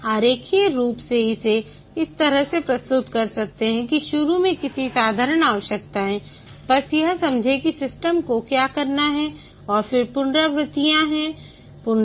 हम आरेखीय रूप से इसे इस तरह से प्रस्तुत कर सकते हैं कि शुरू में किसी साधारण आवश्यकताएं बस यह समझें कि सिस्टम को क्या करना है और फिर पुनरावृत्तियां हैं